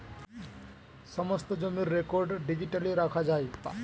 সমস্ত জমির record digitally রাখা যায়